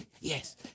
yes